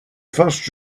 first